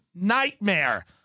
nightmare